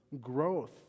growth